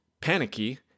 panicky